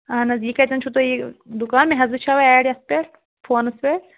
اہَن حظ یہِ کَتیٚن چھُ تۄہہِ یہِ دُکان مےٚ حظ وُچھاو ایٚڈَس پیٚٹھ فونَس پیٚٹھ